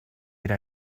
era